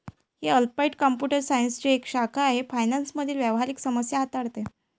ही applied computer सायन्सची एक शाखा आहे फायनान्स मधील व्यावहारिक समस्या हाताळते